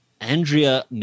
Andrea